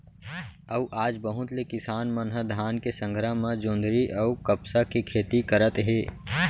अउ आज बहुत ले किसान मन ह धान के संघरा म जोंधरी अउ कपसा के खेती करत हे